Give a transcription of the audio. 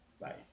bye